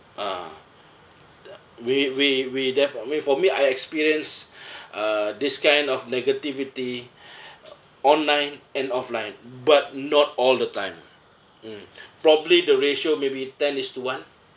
ah the we we we that I mean for me I experience uh this kind of negativity online and offline but not all the time mm probably the ratio maybe ten is to one